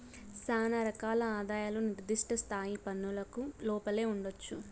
శానా రకాల ఆదాయాలు నిర్దిష్ట స్థాయి పన్నులకు లోపలే ఉండొచ్చు